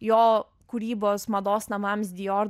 jo kūrybos mados namams dior